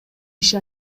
иши